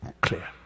clear